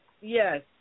Yes